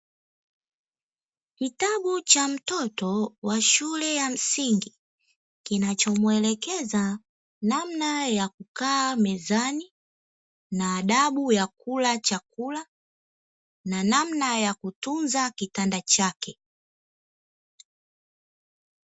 Kitabu cha mtoto wa shule ya msingi kinachomwelekeza: namna ya kukaa mezani, na adabu ya kula chakula, na namna ya kutunza kitanda chake.